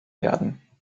werden